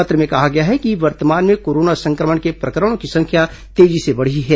पत्र में कहा गया है कि वर्तमान में कोरोना संक्रमण के प्रकरणों की संख्या तेजी से बढ़ी है